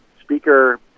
speaker